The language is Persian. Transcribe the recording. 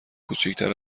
کوچیکتر